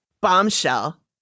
bombshell